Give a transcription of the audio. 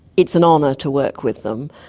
it's an honour to work with them.